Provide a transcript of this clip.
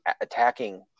attacking